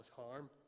harm